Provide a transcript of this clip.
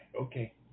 okay